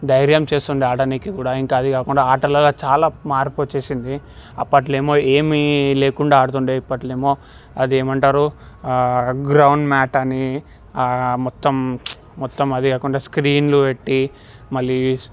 ధైర్యం చేస్తుండే ఆడటానికి కూడా ఇంకా అదీ కాకుండా ఆటల్లో చాలా మార్పు వచ్చేసింది అప్పట్ల ఏమో ఏమీ లేకుండా ఆడుతుంటే ఇప్పట్లో ఏమో అది ఏమంటారు గ్రౌండ్ మ్యాటని మొత్తం మొత్తం అదే కాకుండా స్క్రీన్లు పెట్టి మళ్ళీ